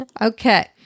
okay